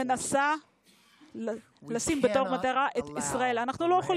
היא מנסה להקיף את ישראל בכוחות עוינים.